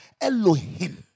Elohim